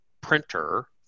printer